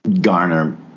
garner